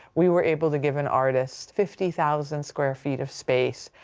we were able to give an artist fifty thousand square feet of space,